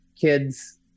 kids